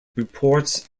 reports